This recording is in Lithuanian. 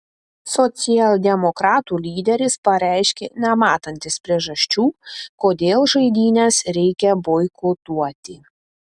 socialdemokratų lyderis pareiškė nematantis priežasčių kodėl žaidynes reikia boikotuoti